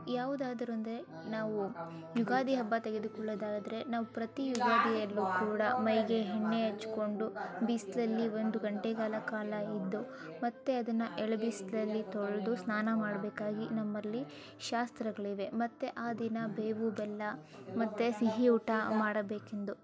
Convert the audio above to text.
ಯಾವುದಾದರೊಂದೆ ನಾವೂ ಯುಗಾದಿ ಹಬ್ಬ ತೆಗೆದುಕೊಳ್ಳುವುದಾದರೆ ನಾವು ಪ್ರತಿ ಯುಗಾದಿಯಲ್ಲೂ ಕೂಡ ಮೈಗೆ ಎಣ್ಣೆ ಹಚ್ಕೊಂಡು ಬಿಸಿಲಲ್ಲಿ ಒಂದು ಗಂಟೆಗಳ ಕಾಲ ಇದ್ದು ಮತ್ತೆ ಅದನ್ನು ಎಳೆ ಬಿಸಿಲಲ್ಲಿ ತೊಳೆದು ಸ್ನಾನ ಮಾಡಬೇಕಾಗಿ ನಮ್ಮಲ್ಲಿ ಶಾಸ್ತ್ರಗಳಿವೆ ಮತ್ತೆ ಆ ದಿನ ಬೇವು ಬೆಲ್ಲ ಮತ್ತೆ ಸಿಹಿ ಊಟ ಮಾಡಬೇಕೆಂದು